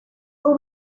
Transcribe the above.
will